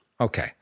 Okay